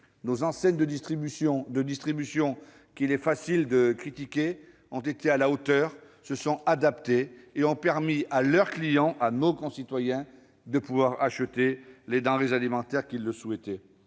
Nos enseignes de distribution, qu'il est facile de critiquer, ont été à la hauteur. Elles se sont adaptées et ont permis à leurs clients, c'est-à-dire à nos concitoyens, d'acheter les denrées alimentaires qu'ils souhaitaient.